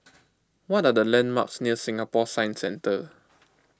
what are the landmarks near Singapore Science Centre